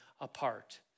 apart